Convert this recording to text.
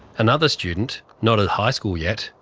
another student, not at high school yet,